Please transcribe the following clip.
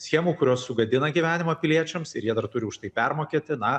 schemų kurios sugadina gyvenimą piliečiams ir jie dar turi už tai permokėti na